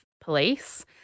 police